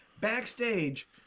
backstage